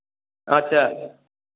अच्छा